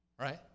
right